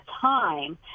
time